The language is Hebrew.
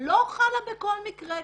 לא חלה בכל מקרה,